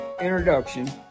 introduction